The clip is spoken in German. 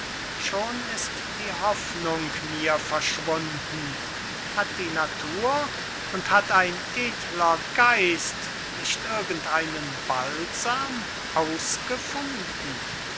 schon ist die hoffnung mir verschwunden hat die natur und hat ein edler geist nicht irgend einen balsam ausgefunden